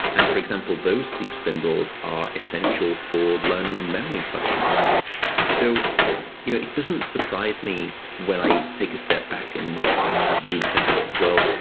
and for example, sleep spindles are essential for learning and memory functions so you know it doesn't surprise me when i take a step back, and we were to ask, well,